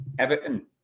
Everton